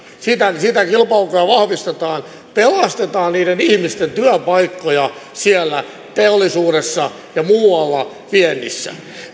sitä kilpailukykyä vahvistetaan pelastetaan niiden ihmisten työpaikkoja siellä teollisuudessa ja muualla viennissä